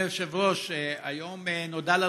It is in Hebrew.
אדוני, אני יודע שהארכתי,